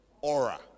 aura